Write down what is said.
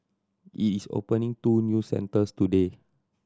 it is opening two new centres today